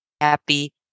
happy